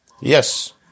Yes